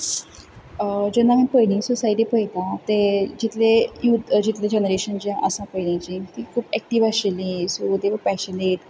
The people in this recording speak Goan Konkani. जेन्ना आमी पयलींचे पळयता ते जितले यूथ जितलें जेनरेशन जें आसा पयलींचीं तीं खूब एक्टिव आशिल्लीं सो दे वर पॅशनेट